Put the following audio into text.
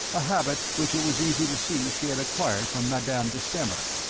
a habit which it was easy to see she had acquired from madame de stamer.